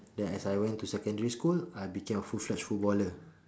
then as I went to secondary school I became a full fledged footballer